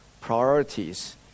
priorities